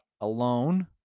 alone